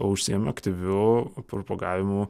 užsiima aktyviu propagavimu